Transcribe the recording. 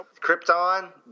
Krypton